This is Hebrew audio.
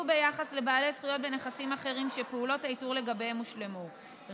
ביחס לבעלי זכויות בנכסים אחרים שפעולות האיתור לגביהם הושלמו,